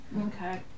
Okay